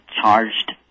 charged